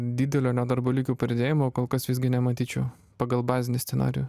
didelio nedarbo lygio padidėjimo kol kas visgi nematyčiau pagal bazinį scenarijų